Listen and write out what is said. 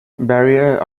barrier